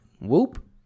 Whoop